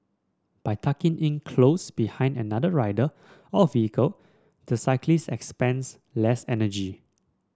by tucking in close behind another rider or vehicle the cyclist expends less energy